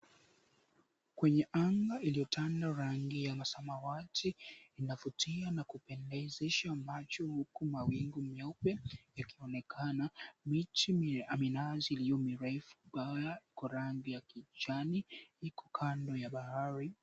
Kwenye anga iliyotanda rangi ya samawati inavutia na kupendezesha macho huku mawingu ya nyeupe yakionekana, miche ya minazi iliyo mirefu kwa rangi ya kijani iko kando ya bahari.